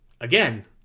again